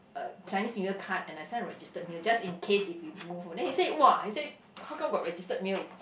a Chinese New Year card and I sent a registered mail just in case if he move then he said !wah! he said how come got registered mail